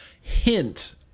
hint